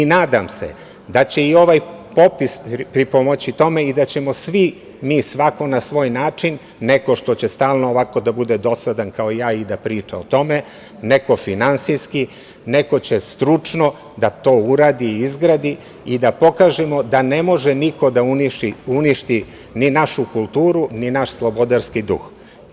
Nadam se da će i ovaj popis pripomoći tome i da ćemo svi mi, svako na svoj način, neko što će stalno ovako da bude dosadan kao ja i da priča o tome, neko finansijski, neko će stručno da to uradi i izgradi i da pokažemo da ne može niko da uništi ni našu kulturu, ni naš slobodarski duh.